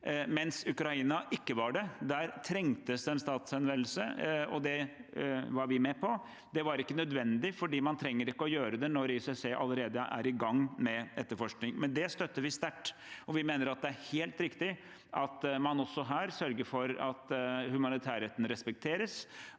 om Ukraina ikke var det. Der trengtes det en statshenvendelse, og det var vi med på. Det var ikke nødvendig her, for man trenger ikke å gjøre det når ICC allerede er i gang med etterforskning, men dette støtter vi sterkt. Vi mener at det er helt riktig at man også her sørger for at humanitærretten respekteres,